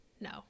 no